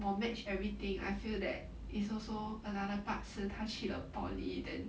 我 match everything I feel that is also another part 是他去了 poly then